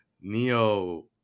Neo